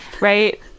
right